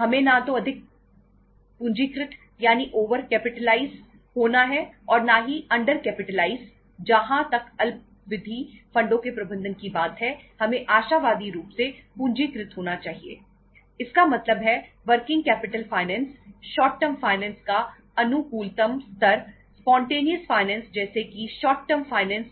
हमें ना तो अधिक पूंजीकृत यानी ओवर कैपिटलआईड